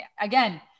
again